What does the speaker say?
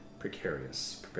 precarious